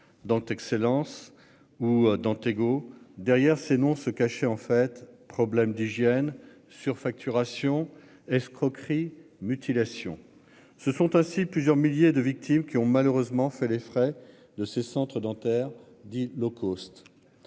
dont excellence ou dans. Derrière ces noms se cacher en fait problème d'hygiène surfacturations et escroqueries mutilation. Ce sont ainsi plusieurs milliers de victimes qui ont malheureusement fait les frais. De ce centre dentaire dit low cost.